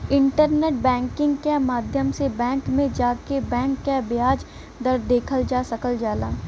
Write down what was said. internet banking क माध्यम से बैंक में जाके बैंक क ब्याज दर देखल जा सकल जाला